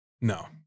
No